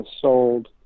sold